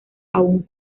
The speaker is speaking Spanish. aún